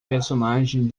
personagem